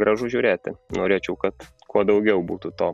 gražu žiūrėti norėčiau kad kuo daugiau būtų to